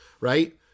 right